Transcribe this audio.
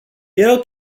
erau